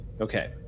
okay